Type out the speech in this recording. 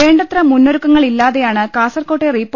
വേണ്ടത്ര മുന്നൊരുക്കങ്ങളില്ലാതെയാണ് കാസർകോട്ടെ റീപോ